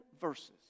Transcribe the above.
verses